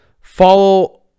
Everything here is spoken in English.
Follow